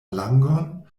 langon